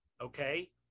okay